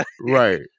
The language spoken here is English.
right